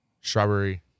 strawberry